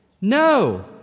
No